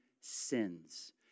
sins